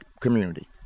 community